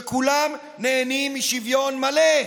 כולם נהנים משוויון מלא.